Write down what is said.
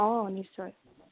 অঁ নিশ্চয়